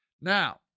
Now